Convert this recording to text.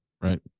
Right